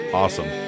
awesome